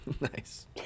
Nice